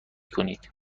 کنید